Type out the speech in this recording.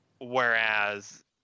Whereas